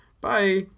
bye